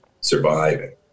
surviving